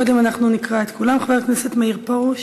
קודם אנחנו נקרא את שמות כולם: חבר הכנסת מאיר פרוש,